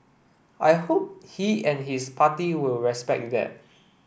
I hope he and his party will respect that